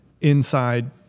inside